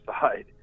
side